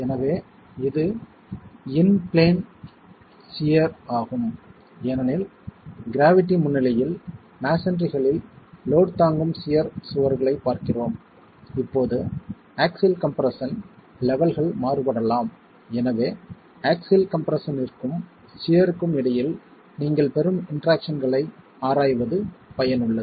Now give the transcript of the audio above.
எனவே இது in plane shear ஆகும் ஏனெனில் க்ராவிட்டி முன்னிலையில் மஸோன்றிகளில் லோட் தாங்கும் சியர் சுவர்களைப் பார்க்கிறோம் இப்போது ஆக்ஸில் கம்ப்ரெஸ்ஸன் லெவல்கள் மாறுபடலாம் எனவே ஆக்ஸில் கம்ப்ரெஸ்ஸனிற்கும் சியர்க்கும் இடையில் நீங்கள் பெறும் இன்டெராக்சன்களை ஆராய்வது பயனுள்ளது